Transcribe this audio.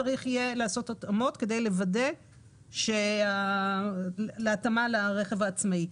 יהיה צריך לעשות התאמות כדי לוודא התאמה לרכב העצמאי.